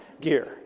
gear